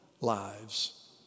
lives